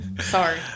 Sorry